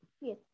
Yes